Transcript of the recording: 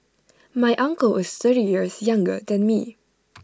my uncle is thirty years younger than me